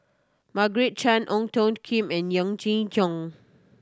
Margaret Chan Ong Tiong Khiam and Jong